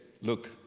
look